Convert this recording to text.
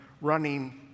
running